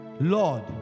Lord